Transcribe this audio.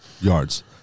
yards